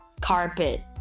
carpet